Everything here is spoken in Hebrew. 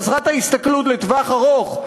חסרת ההסתכלות לטווח ארוך,